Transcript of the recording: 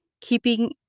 keeping